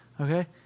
okay